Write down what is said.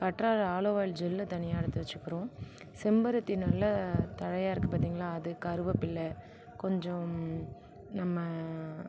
கற்றாழை aloe oil ஜெல்லை தனியாக எடுத்து வச்சுக்கிறோம் செம்பருத்தி நல்ல தழையாக இருக்குது பார்த்திங்களா அது கருவேப்பிலை கொஞ்சம் நம்ம